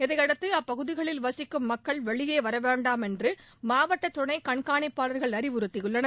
இதையடுத்து அப்பகுதிகளில் வசிக்கும் மக்கள் வெளியே வரவேண்டாம் என்று மாவட்ட துணை கண்காணிப்பாளர்கள் அறிவுறுத்தியுள்ளனர்